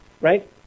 right